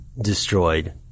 destroyed